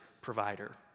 provider